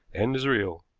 and as real.